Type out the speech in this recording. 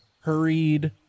hurried